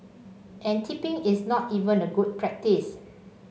and tipping is not even a good practice